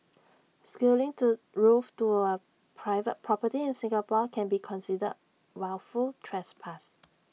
scaling to roof to A private property in Singapore can be considered wilful trespass